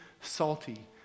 salty